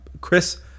chris